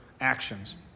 actions